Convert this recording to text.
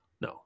no